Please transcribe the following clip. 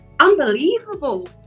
unbelievable